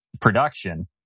production